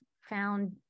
found